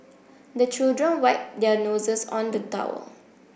the children wipe their noses on the towel